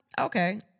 Okay